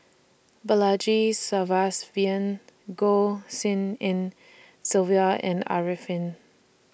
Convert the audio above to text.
Balaji Sadasivan Goh Tshin En Sylvia and Arifin